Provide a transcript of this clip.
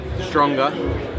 stronger